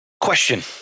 Question